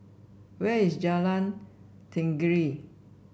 where is Jalan Tenggiri